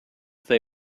they